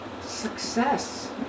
Success